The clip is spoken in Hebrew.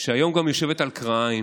שהיום גם יושבת על כרעיים,